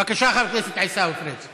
בבקשה, חבר הכנסת עיסאווי פריג'.